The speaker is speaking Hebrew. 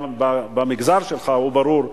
גם במגזר שלך הוא ברור,